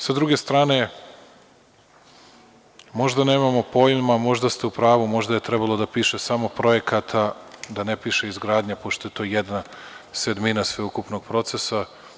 Sa druge strane, možda nemamo pojma, možda ste u pravu, možda je trebalo da piše samo „projekata“ da ne piše izgradnja pošto je to jedna sedmina sveukupnog procesa.